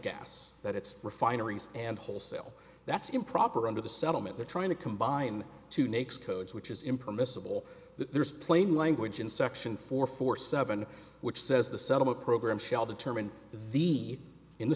gas that it's refineries and wholesale that's improper under the settlement they're trying to combine two nakes codes which is impermissible the plain language in section four four seven which says the settlement program shall the term in the in the